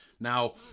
Now